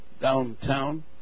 Downtown